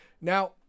Now